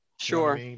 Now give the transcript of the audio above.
Sure